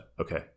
Okay